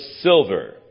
silver